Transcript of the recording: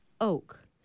oak